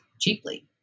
cheaply